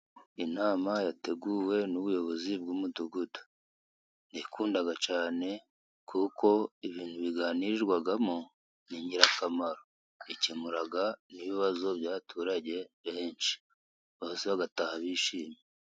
Inama yateguwe n'ubuyobozi bw'umudugudu. Ndayikunda cyane kuko ibintu biganirwamo n'ingirakamaro, ikemura n'ibibazo by'abaturage benshi bose bagataha bishimye.